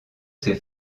ses